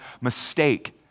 mistake